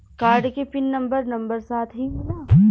Card के pin number number साथही मिला?